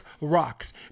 rocks